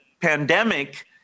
pandemic